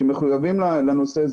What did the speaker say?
מחויבים לנושא.